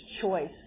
choice